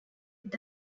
est